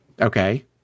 Okay